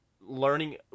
learning